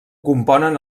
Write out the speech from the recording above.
componen